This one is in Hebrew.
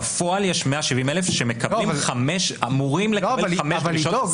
בפועל יש 170,000 שמקבלים חמש אמורים לקבל חמש דרישות,